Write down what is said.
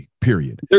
period